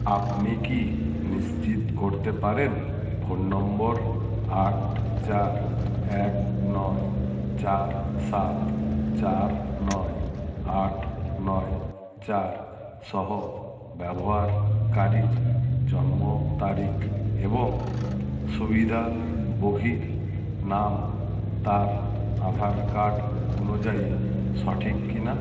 আপনি কী নিশ্চিত করতে পারেন ফোন নম্বর আট চার এক নয় চার সাত চার নয় আট নয় চার সহ ব্যবহারকারীর জন্মতারিখ এবং সুবিধা বহির নাম তার আধার কার্ড অনুযায়ী সঠিক কিনা